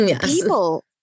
people